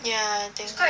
ya I think ya